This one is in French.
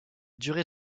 durée